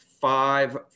five